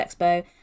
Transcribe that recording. Expo